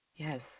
Yes